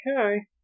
Okay